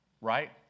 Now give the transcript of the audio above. right